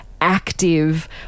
active